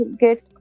get